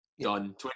done